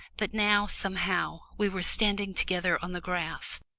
but now, somehow, we were standing together on the grass,